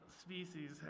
species